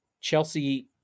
Chelsea